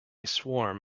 swarm